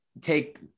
take –